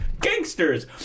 gangsters